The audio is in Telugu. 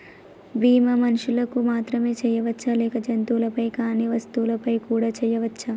బీమా మనుషులకు మాత్రమే చెయ్యవచ్చా లేక జంతువులపై కానీ వస్తువులపై కూడా చేయ వచ్చా?